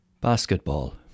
Basketball